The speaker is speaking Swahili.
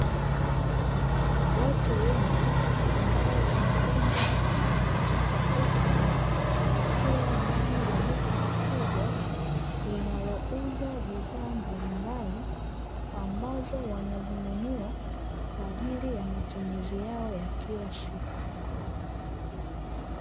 Watu wengi ambao wana umri tofautitofauti wakiwa ndani ya duka kubwa, linalouza bidhaa mbalimbali, ambazo wanazinunua kwa ajili ya matumizi yao ya kilasiku.